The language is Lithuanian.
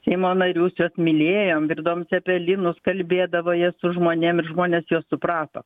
seimo narius juos mylėjom virdavom cepelinus kalbėdavo jie su žmonėm ir žmonės juos suprato